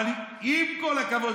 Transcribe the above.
אבל עם כל הכבוד,